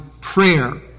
prayer